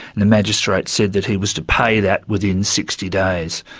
the magistrate said that he was to pay that within sixty days.